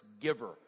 giver